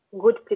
good